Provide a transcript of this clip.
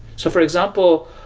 so for example,